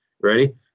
Ready